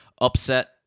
upset